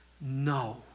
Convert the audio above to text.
no